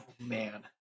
Man